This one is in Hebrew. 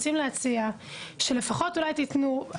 אנחנו רוצים להציע שלכל הפחות תתנו אולי,